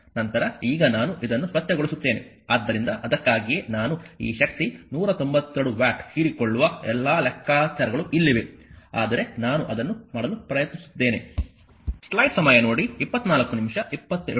ನಂತರ ಈಗ ನಾನು ಇದನ್ನು ಸ್ವಚ್ಛಗೊಳಿಸುತ್ತೇನೆ ಆದ್ದರಿಂದ ಅದಕ್ಕಾಗಿಯೇ ನಾನು ಈ ಶಕ್ತಿ 192 ವ್ಯಾಟ್ ಹೀರಿಕೊಳ್ಳುವ ಎಲ್ಲಾ ಲೆಕ್ಕಾಚಾರಗಳು ಇಲ್ಲಿವೆ ಆದರೆ ನಾನು ಅದನ್ನು ಮಾಡಲು ಪ್ರಯತ್ನಿಸುತ್ತಿದ್ದೇನೆ